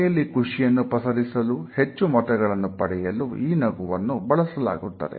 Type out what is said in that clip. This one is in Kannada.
ಮನೆಯಲ್ಲಿ ಖುಷಿಯನ್ನು ಪಸರಿಸಲು ಹೆಚ್ಚು ಮತಗಳನ್ನು ಪಡೆಯಲು ಈ ನಗುವನ್ನು ಬಳಸಲಾಗುತ್ತದೆ